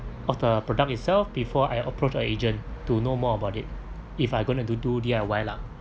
of the product itself before I approach a agent to know more about it if I going to do D_I_Y lah